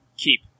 Keep